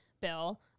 bill